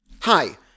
Hi